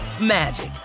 magic